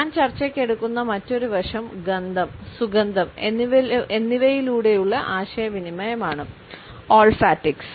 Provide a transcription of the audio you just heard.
ഞാൻ ചർച്ചയ്ക്ക് എടുക്കുന്ന മറ്റൊരു വശം ഗന്ധം സുഗന്ധം എന്നിവയിലൂടെയുള്ള ആശയവിനിമയമാണ് ഓൾഫാക്റ്റിക്സ്